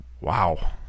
Wow